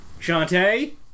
Shantae